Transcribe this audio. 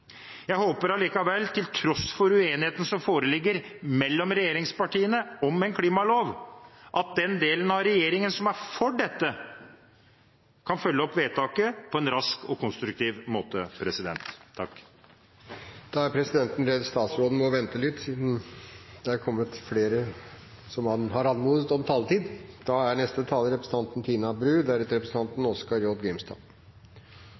Jeg håper allikevel, til tross for uenigheten som foreligger mellom regjeringspartiene om en klimalov, at den delen av regjeringen som er for dette, kan følge opp vedtaket på en rask og konstruktiv måte. Som en konservativ politiker er mitt moralske og ideologiske utgangspunkt forvalteransvaret. Vi må etterlate jorden i minst like god stand til våre etterkommere som